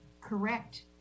correct